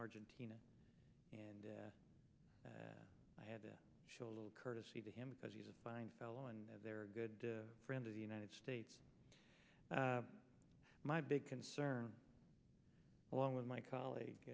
argentina and i had to show a little courtesy to him because he's a fine fellow and they're a good friend of the united states my big concern along with my colleague